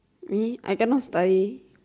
me I cannot study